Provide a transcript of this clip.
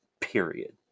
period